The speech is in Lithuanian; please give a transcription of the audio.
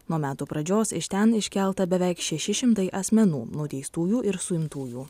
nuo metų pradžios iš ten iškelta beveik šeši šimtai asmenų nuteistųjų ir suimtųjų